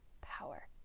power